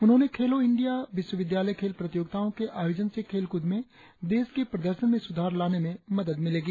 उन्होंने खेलों इंडिया विश्वविद्यालय खेल प्रतियोगिताओं के आयोजन से खेलक्रद में देश के प्रदर्शन में सुधार लाने में मदद मिलेगी